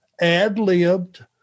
ad-libbed